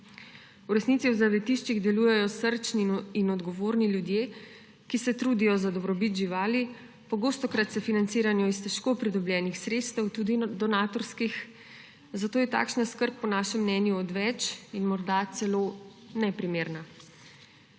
V resnici v zavetiščih delujejo srčni in odgovorni ljudje, ki se trudijo za dobrobit živali. Pogostokrat se financirajo iz težko pridobljenih sredstev, tudi donatorskih, zato je takšna skrb po našem mnenju odveč in morda celo neprimerna.